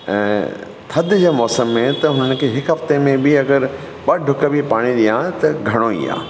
ऐं थधि जे मौसम में त हुननि खे हिक हफ़्ते में बि अगरि ॿ ढुक बि पाणी ॾियां त बि घणो ई आहे